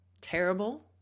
terrible